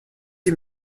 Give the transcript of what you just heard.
ihm